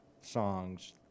songs